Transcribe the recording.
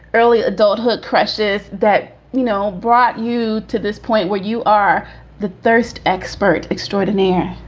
early adulthood crushes that, you know, brought you to this point where you are the thirst expert extraordinaire.